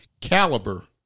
Caliber